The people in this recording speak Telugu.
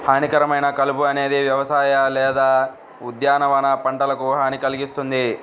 హానికరమైన కలుపు అనేది వ్యవసాయ లేదా ఉద్యానవన పంటలకు హాని కల్గిస్తుంది